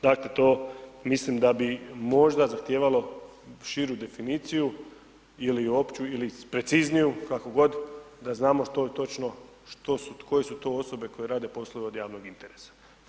Dakle to, mislim da bi možda zahtijevalo širu definiciju ili opću ili precizniju, kako god, da znamo što točno, što su, koje su to osobe koje rade poslove od javnog interesa.